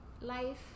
life